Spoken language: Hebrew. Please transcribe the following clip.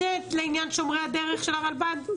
עניין שומרי הדרך של הרלב"ד?